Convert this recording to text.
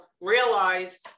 realize